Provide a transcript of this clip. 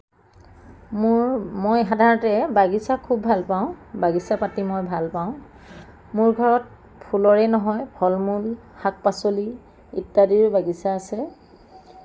মোৰ মই সাধাৰণতে বাগিছা খুব ভাল পাওঁ বাগিছা পাতি খুব ভাল পাওঁ মোৰ ঘৰত ফুলৰেই নহয় ফল মূল শাক পাচলি ইত্যাদিৰো বাগিছা আছে